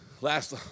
Last